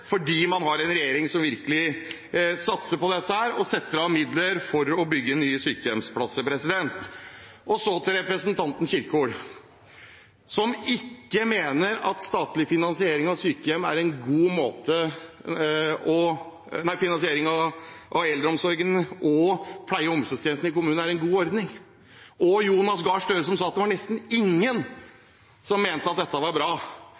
fordi man har en regjering som virkelig satser på dette og setter av midler til det. Og så til representanten Kjerkol, som ikke mener at statlig finansiering av eldreomsorgen og pleie- og omsorgstjenestene i kommunene er en god ordning, og Jonas Gahr Støre, som sa at det var nesten ingen som mente at dette var bra: